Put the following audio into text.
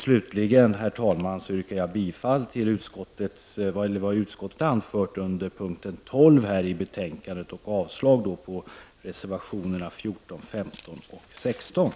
Slutligen yrkar jag bifall till vad utskottet har anfört under punkten 12 i betänkandet och avslag på reservationerna 14, 15 och 16.